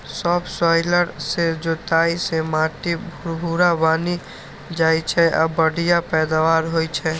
subsoiler सं जोताइ सं माटि भुरभुरा बनि जाइ छै आ बढ़िया पैदावार होइ छै